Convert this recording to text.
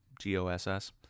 G-O-S-S